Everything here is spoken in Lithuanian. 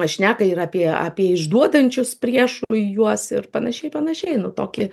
šneka ir apie apie išduodančius priešui juos ir panašiai panašiai nu tokį